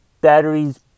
batteries